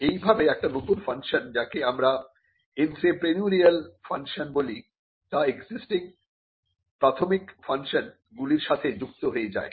এইভাবে একটা নতুন ফাংশন যাকে আমরা এন্ত্রেপ্রেনিউরিয়াল ফাংশন বলি তা এক্সিস্টিং প্রাথমিক ফাংশন গুলির সাথে যুক্ত হয়ে যায়